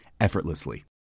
effortlessly